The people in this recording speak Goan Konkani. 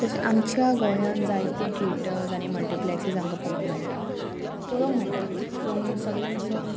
तशें आमच्या गोंयान जायते थिएटर्स आनी मल्टीप्लेक्सीस आमकां पळोवंक मेळटा पळोवंक मेळटात पूण सगल्यान असो